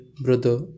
brother